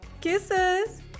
Kisses